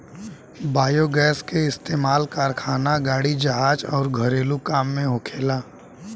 biogas के इस्तमाल कारखाना, गाड़ी, जहाज अउर घरेलु काम में होखेला